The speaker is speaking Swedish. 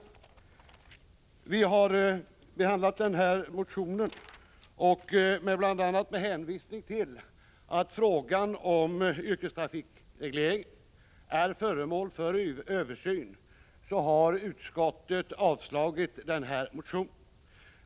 Utskottet har behandlat motionen, och med bl.a. hänvisning till att frågan om yrkestrafikregleringen är föremål för översyn har utskottet föreslagit avslag på denna motion.